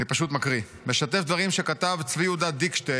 אני פשוט מקריא: משתף דברים שכתב צבי יהודה דיקשטיין,